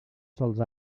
sols